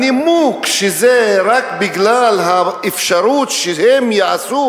הנימוק שזה רק בגלל האפשרות שהם יעשו